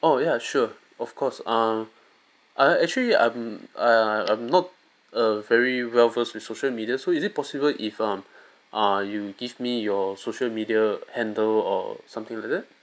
oh ya sure of course uh err I actually I'm uh I'm not a very well versed with social media so is it possible if um uh you give me your social media handle or something like that